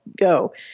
go